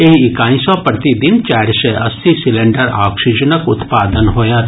एहि इकाई सँ प्रतिदिन चारि सय अस्सी सिलेंडर ऑक्सीजनक उत्पादन होयत